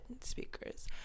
speakers